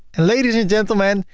and ladies and gentlemen,